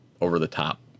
over-the-top